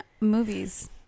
movies